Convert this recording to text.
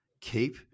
keep